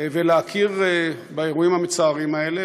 ולהכיר באירועים המצערים האלה,